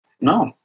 No